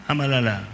Amalala